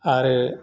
आरो